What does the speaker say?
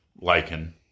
lichen